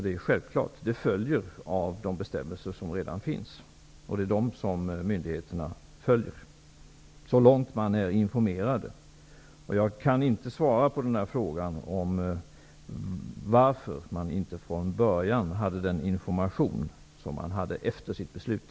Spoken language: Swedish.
Det är självklart, och det följer av de bestämmelser som redan finns och som myndigheterna följer så långt de är informerade. Jag kan inte svara på frågan om varför man inte från början hade den information som man hade efter sitt beslut.